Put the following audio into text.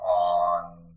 on